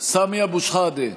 סמי אבו שחאדה,